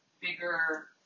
bigger